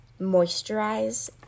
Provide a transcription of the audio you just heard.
moisturize